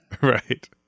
Right